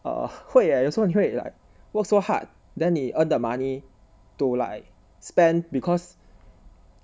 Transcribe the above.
uh 会 eh 有时候你会 like work so hard then 你 earn 的 money to like spend because